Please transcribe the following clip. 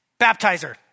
Baptizer